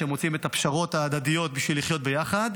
שמוצאים את הפשרות ההדדיות בשביל לחיות ביחד,